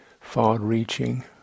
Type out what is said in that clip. far-reaching